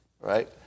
right